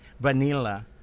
Vanilla